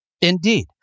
Indeed